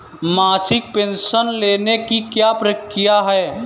मासिक पेंशन लेने की क्या प्रक्रिया है?